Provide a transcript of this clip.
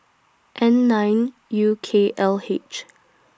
N nine U K L H